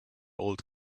old